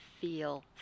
feel